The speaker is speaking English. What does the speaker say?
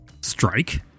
Strike